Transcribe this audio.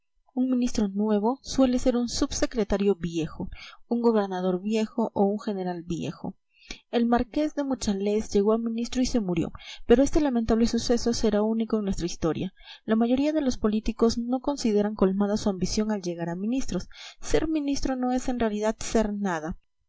un ministro nuevo suele ser un subsecretario viejo un gobernador viejo o un general viejo el marqués de mochales llegó a ministro y se murió pero este lamentable suceso será único en nuestra historia la mayoría de los políticos no consideran colmada su ambición al llegar a ministros ser ministro no es en realidad ser nada